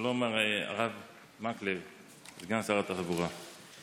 שלום, הרב מקלב, סגן